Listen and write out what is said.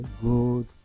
good